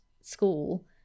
school